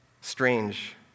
strange